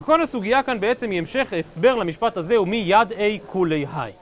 כל הסוגיה כאן בעצם היא המשך, אסבר למשפט הזה ומי יד אי כולי היי.